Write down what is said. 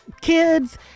kids